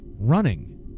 running